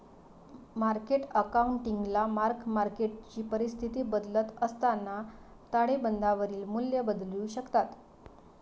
market अकाउंटिंगला mark मार्केटची परिस्थिती बदलत असताना ताळेबंदावरील मूल्ये बदलू शकतात